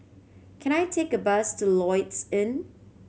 can I take a bus to Lloyds Inn